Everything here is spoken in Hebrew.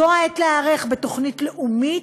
זו העת להיערך בתוכנית לאומית